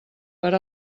per